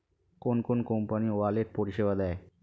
কোন কোন company wallet পরিষেবা দেয়?